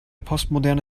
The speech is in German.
postmoderne